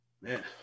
man